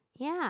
ya